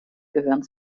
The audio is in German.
gehören